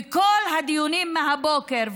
וכל הדיונים מהבוקר,